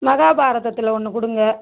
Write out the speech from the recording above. மகாபாரதத்தில் ஒன்று கொடுங்க